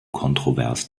kontrovers